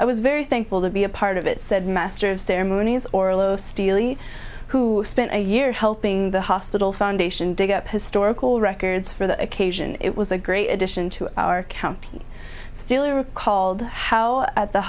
i was very thankful to be a part of it said master of ceremonies or a low steely who spent a year helping the hospital foundation dig up historical records for the occasion it was a great addition to our county still he recalled how